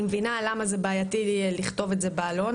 אני מבינה למה בעייתי לכתוב את זה בעלון,